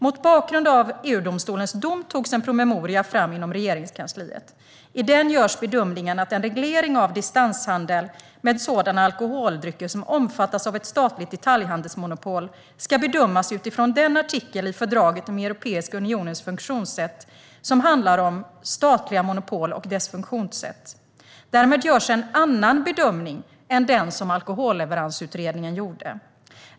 Mot bakgrund av EU-domstolens dom togs en promemoria fram inom Regeringskansliet. I den görs bedömningen att en reglering av distanshandel med sådana alkoholdrycker som omfattas av ett statligt detaljhandelsmonopol ska bedömas utifrån den artikel i fördraget om Europeiska unionens funktionssätt som handlar om statliga monopol och dess funktionssätt. Därmed görs en annan bedömning än den som Alkoholleveransutredningen gjorde.